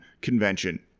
convention